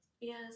Yes